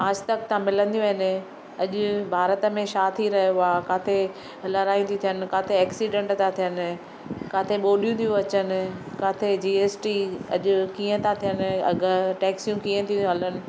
आजतक तां मिलंदियूं आहिनि अॼु भारत में छा थी रहियो आहे काथे लड़ायूं थी थियनि किथे एक्सीडेंट था थियनि किथे गोॾियूं थी अचनि किथे जीएसटी अॼु कीअं था थियनि अॻु टैक्सियूं कीअं थी हलनि